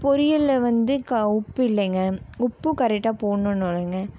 பொரியலில் வந்து க உப்பு இல்லைங்க உப்பும் கரெக்டாக போடணுனில்லைங்க